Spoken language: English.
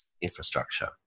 infrastructure